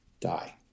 Die